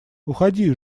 уходи